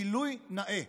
גילוי נאה.